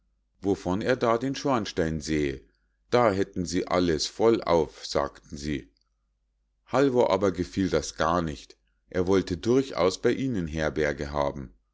wovon er da den schornstein sähe da hätten sie alles vollauf sagten sie halvor aber gefiel das gar nicht er wollte durchaus bei ihnen herberge haben